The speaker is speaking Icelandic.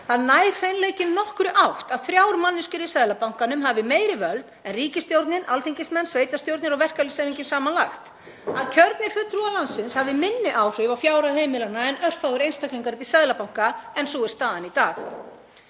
Það nær hreinlega ekki nokkurri átt að þrjár manneskjur í Seðlabankanum hafi meiri völd en ríkisstjórnin, alþingismenn, sveitarstjórnir og verkalýðshreyfingin samanlagt, að kjörnir fulltrúar landsins hafi minni áhrif á fjárhag heimilanna en örfáir einstaklingar uppi í Seðlabanka. En sú er staðan í dag.